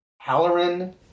Halloran